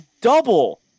double